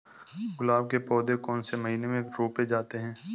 गुलाब के पौधे कौन से महीने में रोपे जाते हैं?